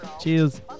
cheers